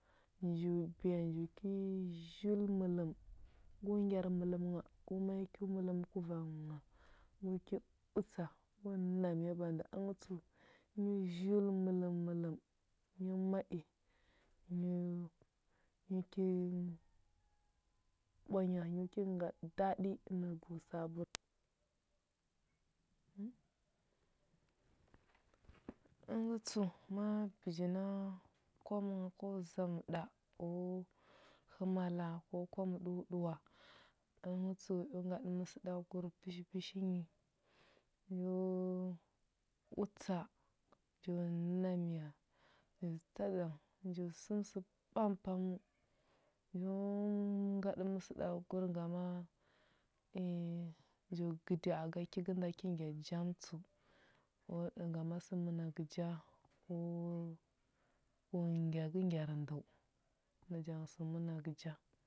Nju biya nju ki zhul mələm, go ngyar mələm ngha, go ma i kyo mələm kuvang nyo ki utsa nyo na miya ka nda. Əngə tsəu nyo zhul mələm mələm nyo ma i. Əngəu nyo ki ɓwanya nyo ki ngaɗə daɗi nyo go sabur. Əngə tsəu, ma bəji na kwamə nghə ko zamə ɗa o hə mala ko kwamə ɗa o ɗəuwa, yo ngaɗə məsəɗagur pəshi pəshinyi, yo utsa, nju na miya ta ja nju səm sə pampaməu nyo ngaɗə məsəɗagur ngama i nju gədi aga ki gənda ki ngya jam tsəu. Ə ə ngama sə mənagə ja u- u ngyagə ngyar ndəu, naja ngə sə mənagə ja.